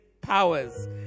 powers